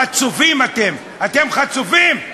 חצופים אתם, אתם חצופים,